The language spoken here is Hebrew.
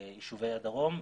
ביישובי הדרום,